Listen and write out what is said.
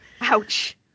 ouch